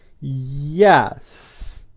yes